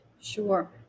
Sure